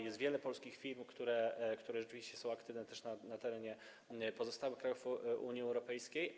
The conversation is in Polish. Jest wiele polskich firm, które rzeczywiście są aktywne też na terenie pozostałych krajów Unii Europejskiej.